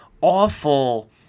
awful